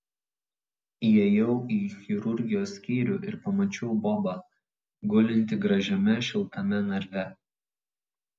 įėjau į chirurgijos skyrių ir pamačiau bobą gulintį gražiame šiltame narve